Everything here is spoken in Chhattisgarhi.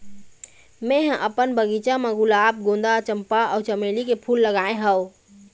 मेंहा अपन बगिचा म गुलाब, गोंदा, चंपा अउ चमेली के फूल लगाय हव